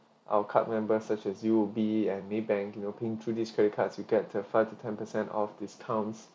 our card members such as U_O_B and maybank you know pin through these credit cards you get to a five to ten percent of discounts